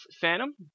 Phantom